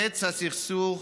קץ הסכסוך